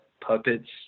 puppets